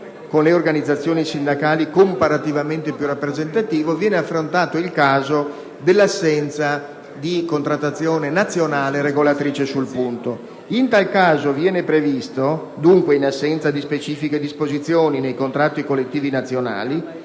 con le organizzazioni sindacali comparativamente più rappresentative», viene affrontato il caso dell'assenza di contrattazione nazionale regolatrice sul punto. In tale ipotesi, viene previsto che «In assenza di specifiche disposizioni nei contratti collettivi nazionali,